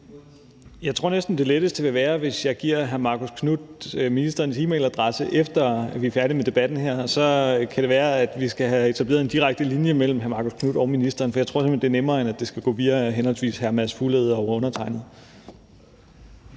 Jeg tror næsten, det letteste ville være, hvis jeg giver hr. Marcus Knuth ministerens e-mailadresse, efter at vi er færdige med debatten her. Så kan det være, at vi skal have etableret en direkte linje mellem hr. Marcus Knuth og ministeren, for jeg tror simpelt hen, det er nemmere, end at det skal gå via henholdsvis hr. Mads Fuglede og undertegnede.